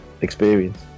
experience